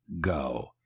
go